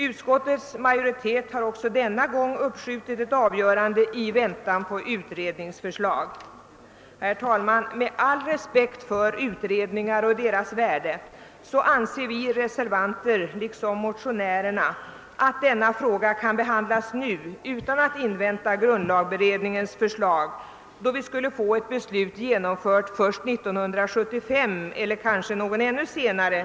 Utskottsmajoriteten har även denna gång föreslagit ett uppskjutande av avgörandet i väntan på utredningens förslag. Med all respekt för utredningar och deras värde anser vi reservanter liksom motionärerna att frågan kan behandlas nu. Om vi avvaktar grundlagberedningens förslag skulle vi få en ny ordning först 1975 eller kanske ännu senare.